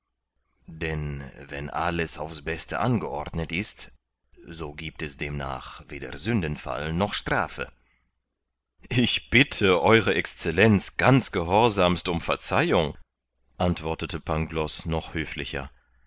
denn wenn alles aufs beste angeordnet ist so giebt es demnach weder sündenfall noch strafe ich bitte ew excellenz ganz gehorsamst um verzeihung antwortete pangloß noch höflicher